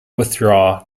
withdraw